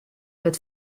wurdt